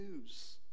news